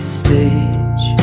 stage